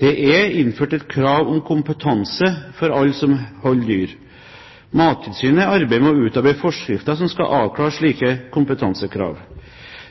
Det er innført et krav om kompetanse for alle som holder dyr. Mattilsynet arbeider med å utarbeide forskrifter som skal avklare slike kompetansekrav.